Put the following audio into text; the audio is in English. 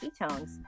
ketones